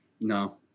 No